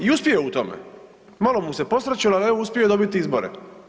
I uspio je u tome, malo mu se posrećilo, ali evo uspio je dobiti izbore.